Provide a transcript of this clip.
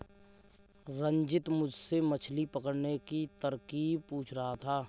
रंजित मुझसे मछली पकड़ने की तरकीब पूछ रहा था